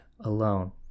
alone